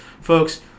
folks